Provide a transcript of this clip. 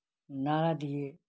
नारा दिए